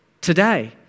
today